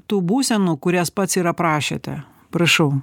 tų būsenų kurias pats ir aprašėte prašau